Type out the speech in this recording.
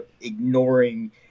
ignoring